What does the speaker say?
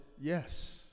yes